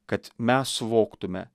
kad mes suvoktume